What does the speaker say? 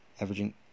averaging